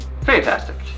fantastic